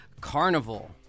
carnival